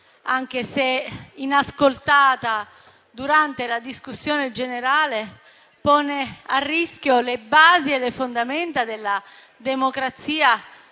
anche se inascoltata, durante la discussione generale - pone a rischio le basi e le fondamenta della democrazia